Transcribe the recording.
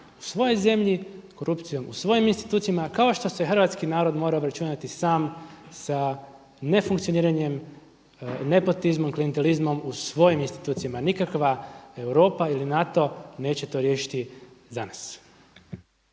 u svojoj zemlji, korupcijom u svojim institucijama kao što se Hrvatski narod mora obračunati sam sa nefunkcioniranjem, nepotizmom, klijentelizmom u svojim institucijama. Nikakva Europa ili NATO neće to riješiti za nas.